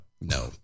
No